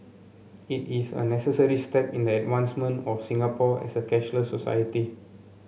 it is a necessary step in the advancement of Singapore as a cashless society